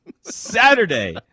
Saturday